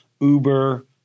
Uber